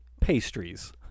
pastries